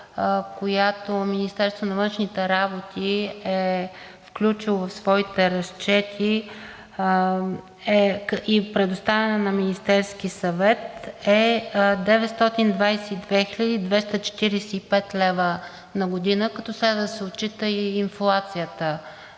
която Министерството на външните работи е включило в своите разчети и е предоставило на Министерския съвет, е 922 хил. 245 лв. на година, като следва да се отчита и инфлацията